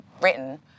written